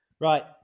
Right